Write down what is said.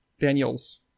Daniels